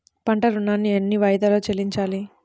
పంట ఋణాన్ని ఎన్ని వాయిదాలలో చెల్లించాలి?